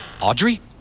Audrey